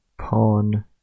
Pawn